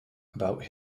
about